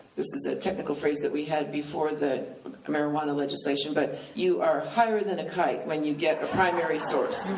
this is a technical phrase that we had before the marijuana legislation, but you are higher than a kite when you get a primary source.